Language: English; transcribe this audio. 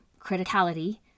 criticality